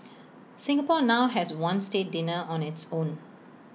Singapore now has one state dinner on its own